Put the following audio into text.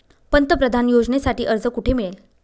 पंतप्रधान योजनेसाठी अर्ज कुठे मिळेल?